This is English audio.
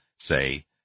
say